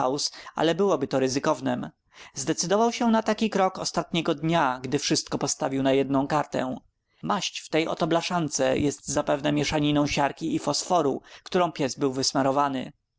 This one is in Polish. ale byłoby to ryzykownem zdecydował się na taki krok ostatniego dnia gdy wszystko postawił na jedną kartę maść w tej oto blaszance jest zapewne mieszaninę siarki i fosforu którą pies był wysmarowany